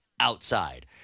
outside